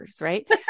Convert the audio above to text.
right